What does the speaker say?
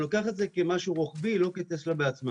אני לוקח את זה כמשהו רוחבי ולא כטסלה בעצמם.